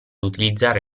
utilizzare